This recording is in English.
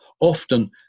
often